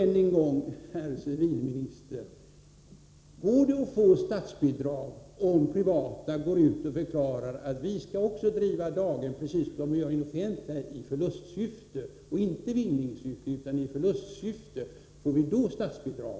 Än en gång, herr civilminister: Kan privata intressen få statsbidrag om de går ut och förklarar att de skall driva daghem, precis som man gör i det offentliga, i förlustsyfte och inte i vinningssyfte? Får de då statsbidrag?